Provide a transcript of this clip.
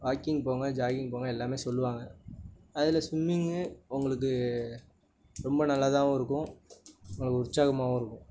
walking போங்க jogging போங்க எல்லாமே சொல்லுவாங்க அதில் ஸ்விம்மிங்கு உங்களுக்கு ரொம்ப நல்லதாகவும் இருக்கும் உங்களுக்கு உற்சாகமாகவும் இருக்கும்